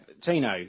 Tino